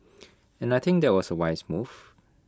and I think that was A wise move